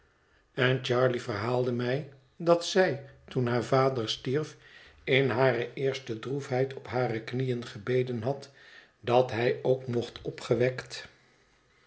en charley verhaalde mij dat zij toen haar vader stierf in hare eerste droefheid op hare knieën gebeden had dat hij ook mocht opgewekt